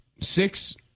six